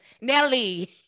Nelly